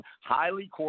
highly